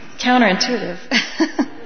counterintuitive